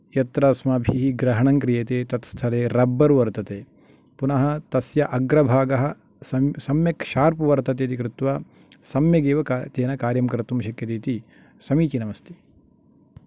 यत्र अस्माभिः ग्रहणं क्रियते तद् स्थले रब्बर् वर्तते पुनः तस्य अग्रभागः स सम्यक् शार्प् वर्तते इति कृत्त्वा सम्यकेव तेन कार्यं कर्तुं शक्यते इति समीचिनम् अस्ति